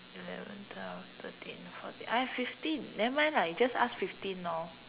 eleven twelve thirteen fourteen I have fifteen nevermind lah you just ask fifteen lor